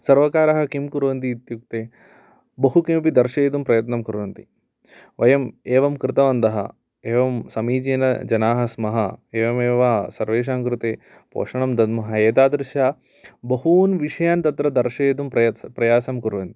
सर्वकारः किं कुर्वन्ति इत्युक्ते बहु किमपि दर्शयितुं प्रयत्नं कुर्वन्ति वयं एवं कृतवन्तः एवं समीचीनजनाः स्मः एवमेव सर्वेषां कृते पोषणं दद्मः एतादृश बहून् विषयान् तत्र दर्शयितुं प्रयासं कुर्वन्ति